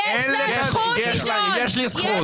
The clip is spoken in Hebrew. יש לי זכות.